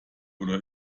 oder